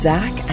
Zach